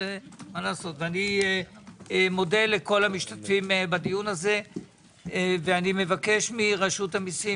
אני מודה לכל המשתתפים בדיון הזה ומבקש מרשות המיסים,